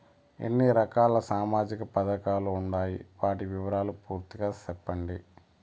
ఎన్ని రకాల సామాజిక పథకాలు ఉండాయి? వాటి వివరాలు పూర్తిగా సెప్పండి?